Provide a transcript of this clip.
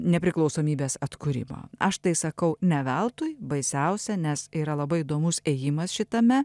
nepriklausomybės atkūrimo aš tai sakau ne veltui baisiausia nes yra labai įdomus ėjimas šitame